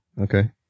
Okay